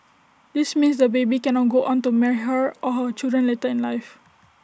this means the baby cannot go on to marry her or her children later in life